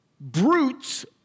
brutes